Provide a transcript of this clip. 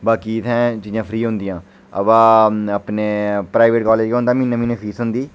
बाकी इत्थै सब फ्री होंदियां अबा अपने प्राइवेट कालज केह् होंदा के म्हीनै म्हीनै फीस होंदी